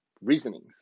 reasonings